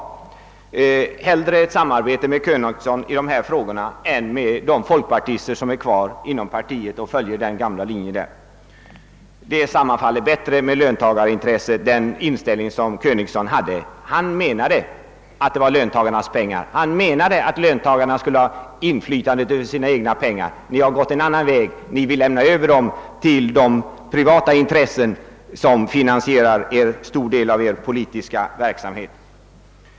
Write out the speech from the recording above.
Jag vill hellre ha ett samarbete med herr Königson i dessa frågor än med de folkpartister som är kvar inom partiet och följer den gamla linjen där. Den inställning som herr Königson hade sammanfaller bättre med löntagarintresset. Han menade att det var löntagarnas pengar och att löntagarna skulle ha inflytande över sina egna pengar. Ni har gått en annan väg: ni vill lämna över dem till det privata intresset som finansierar en stor del av er politiska verksamhet.